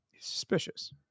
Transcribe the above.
Suspicious